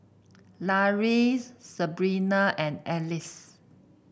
Lauri Sabrina and Alcie